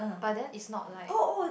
but then is not like